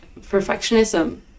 perfectionism